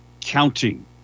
counting